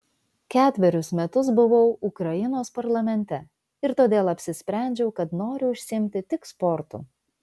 ketverius metus buvau ukrainos parlamente ir todėl apsisprendžiau kad noriu užsiimti tik sportu